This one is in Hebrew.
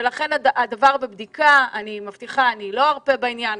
לכן הדבר בבדיקה ואני מבטיחה שאני לא ארפה בעניין.